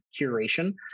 curation